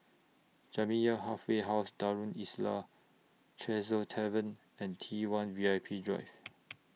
Jamiyah Halfway House Darul Islah Tresor Tavern and T one V I P Drive